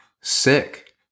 Sick